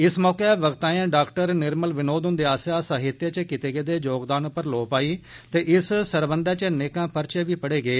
इस मौके वक्तायें डा निर्मल विनोद हुंदे आस्सेआ साहित्य च कीते गेदे योगदान उप्पर लौ पाई ते इस सरबंधा च नेका पर्च बी पढ़े गे